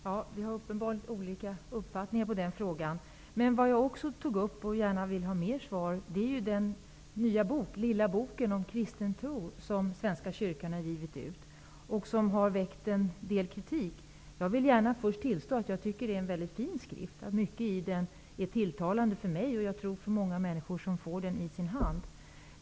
Herr talman! Vi har uppenbarligen olika uppfattningar i den frågan. Vad jag också tog upp var den lilla bok om kristen tro som Svenska Kyrkan har givit ut och som har väckt en del kritik. Jag vill först tillstå att jag tycker att det är en väldigt fin skrift. Mycket i den är tilltalande för mig och för många andra människor som får den i sin hand.